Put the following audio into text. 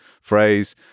phrase